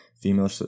female